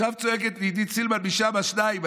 עכשיו צועקת לי עידית סילמן משם שניים.